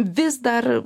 vis dar